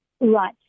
Right